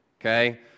okay